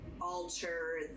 alter